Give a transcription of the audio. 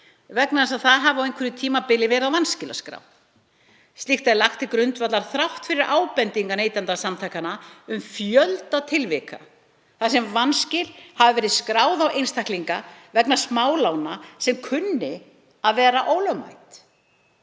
vegna þess að það hafi á einhverju tímabili verið á vanskilaskrá. Slíkt er lagt til grundvallar þrátt fyrir ábendingar Neytendasamtakanna um fjölda tilvika þar sem vanskil hafi verið skráð á einstaklinga vegna smálána sem kunni að vera ólögmæt.